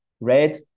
Red